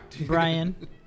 Brian